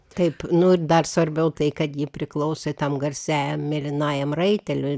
taip nu dar svarbiau tai kad ji priklausė tam garsiajam mėlynajam raiteliui